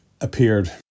appeared